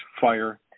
fire